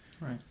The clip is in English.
Right